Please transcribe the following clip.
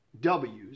Ws